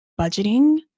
budgeting